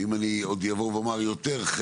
אני אומר יותר,